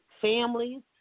families